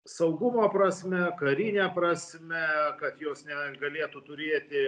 saugumo prasme karine prasme kad jos negalėtų turėti